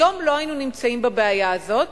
היום לא היינו נמצאים בבעיה הזאת.